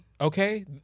Okay